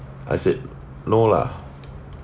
I said no lah